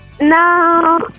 No